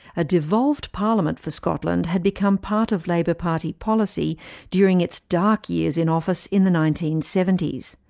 a devolved parliament for scotland had become part of labour party policy during its dark years in office in the nineteen seventy s.